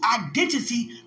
identity